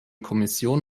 kommission